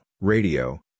radio